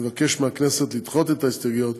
אני מבקש מהכנסת לדחות את ההסתייגויות